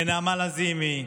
נעמה לזימי,